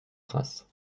traces